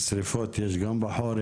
כי שריפות יש גם בחורף.